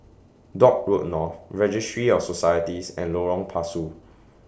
Dock Road North Registry of Societies and Lorong Pasu